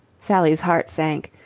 sally's heart sank.